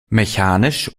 mechanisch